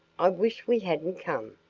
i wish we hadn't come.